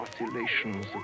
oscillations